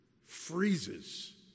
freezes